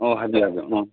ꯑꯣ ꯍꯥꯏꯕꯤꯌꯨ ꯍꯥꯏꯕꯤꯌꯨ ꯎꯝ